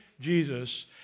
Jesus